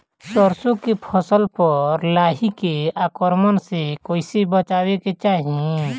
सरसो के फसल पर लाही के आक्रमण से कईसे बचावे के चाही?